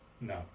No